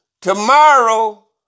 Tomorrow